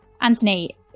Anthony